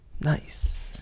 nice